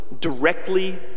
directly